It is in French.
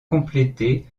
complété